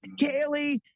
Kaylee